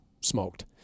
smoked